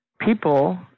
people